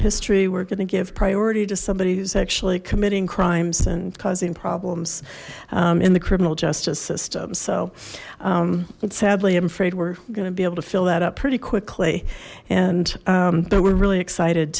history we're going to give priority to somebody who's actually committing crimes and causing problems in the criminal justice system so sadly i'm afraid we're going to be able to fill that up pretty quickly and but we're really excited